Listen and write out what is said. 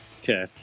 Okay